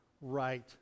right